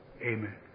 Amen